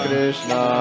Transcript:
Krishna